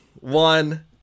one